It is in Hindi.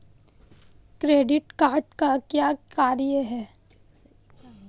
क्रेडिट कार्ड का क्या कार्य है?